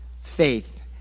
faith